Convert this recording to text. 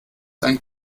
ein